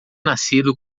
nascido